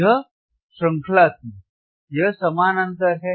यह श्रृंखला थी यह समानांतर है